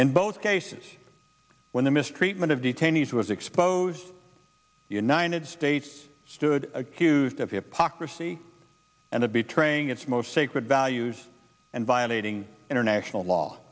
in both cases when the mistreatment of detainees was exposed the united states stood accused of hypocrisy and the betraying its most sacred values and violating international law